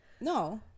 no